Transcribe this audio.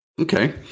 Okay